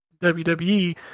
WWE